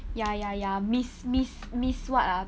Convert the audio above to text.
ya ya ya miss miss miss what ah